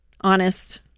honest